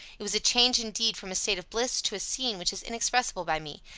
it was a change indeed from a state of bliss to a scene which is inexpressible by me,